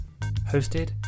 hosted